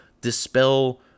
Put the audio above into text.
dispel